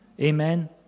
Amen